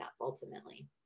ultimately